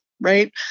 right